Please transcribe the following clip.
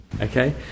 Okay